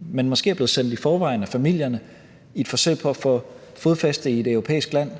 men måske er blevet sendt i forvejen af familierne i et forsøg på at få fodfæste i et europæisk land,